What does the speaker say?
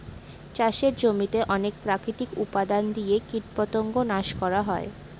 চাষের জমিতে অনেক প্রাকৃতিক উপাদান দিয়ে কীটপতঙ্গ নাশ করা হয়